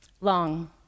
Long